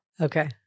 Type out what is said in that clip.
okay